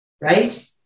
Right